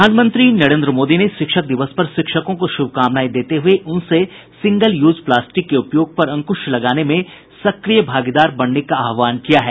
प्रधानमंत्री नरेन्द्र मोदी ने शिक्षक दिवस पर शिक्षकों को शुभकामनाएं देते हुए उनसे सिंगल यूज प्लास्टिक के उपयोग पर अंक्श लगाने में सक्रिय भागीदार बनने का आहवान किया है